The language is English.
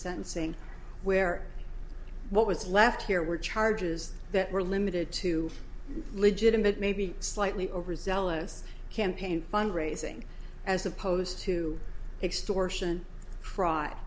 sentencing where what was left here were charges that were limited to legitimate maybe slightly overzealous campaign fund raising as opposed to extortion fraud